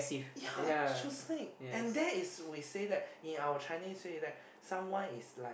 ya so sick and that is we say that in our Chinese way that someone is like